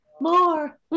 More